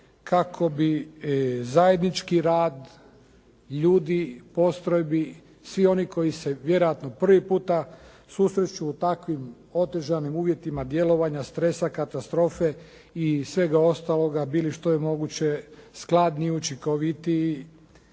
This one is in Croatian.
kako bi zajednički rad ljudi, postrojbi, svih onih koji se vjerojatno prvi puta susreću u takvim otežanim uvjetima djelovanja stresa, katastrofe i svega ostaloga bili što je moguće skladniji i učinkovitiji